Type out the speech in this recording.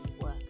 work